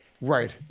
right